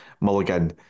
Mulligan